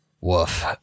woof